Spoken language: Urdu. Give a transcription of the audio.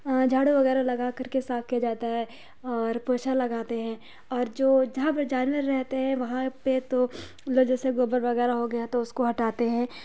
جھاڑو وغیرہ لگا کر کے صاف کیا جاتا ہے اور پوچھا لگاتے ہیں اور جو جہاں پہ جانور رہتے ہیں وہاں پہ تو مطلب جیسے گوبر وغیرہ ہو گیا تو اس کو ہٹاتے ہیں